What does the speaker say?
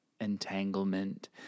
entanglement